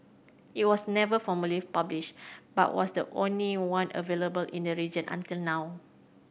it was never formally published but was the only one available in the region until now